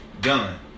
done